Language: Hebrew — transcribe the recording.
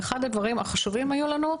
אחד הדברים החשובים שהיו לנו,